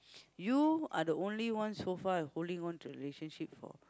you are the only one so far holding on to the relationship for